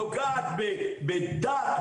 נוגעת בדת,